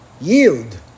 yield